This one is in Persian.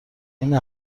این